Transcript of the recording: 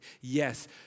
yes